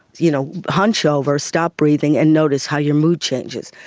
you know, hunch over, stop breathing and notice how your mood changes.